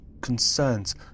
concerns